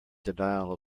denial